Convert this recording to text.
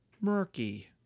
murky